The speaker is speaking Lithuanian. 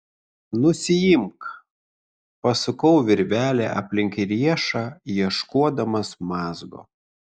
nusiimk pasukau virvelę aplink riešą ieškodamas mazgo